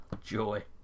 Joy